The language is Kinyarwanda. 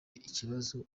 ikibazo